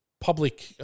public